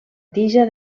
tija